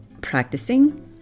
Practicing